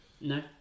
No